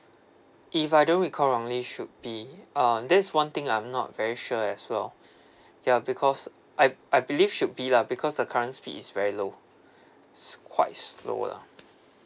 if I don't recall wrongly should be uh this is one thing I'm not very sure as well ya because I I believe should be lah because the current speed is very low it's quite slow lah